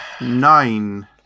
Nine